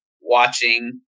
watching